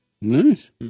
Nice